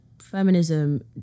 feminism